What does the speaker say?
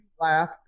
laugh